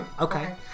okay